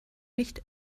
nicht